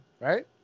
right